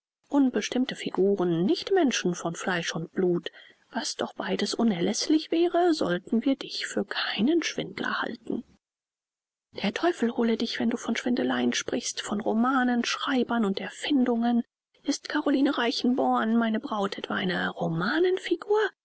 unbestimmte figuren nicht menschen von fleisch und blut was doch beides unerläßlich wäre sollten wir dich für keinen schwindler halten der teufel hole dich wenn du von schwindeleien sprichst von romanenschreibern und erfindungen ist caroline reichenborn meine braut etwa eine